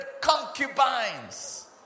concubines